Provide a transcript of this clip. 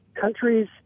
countries